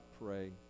pray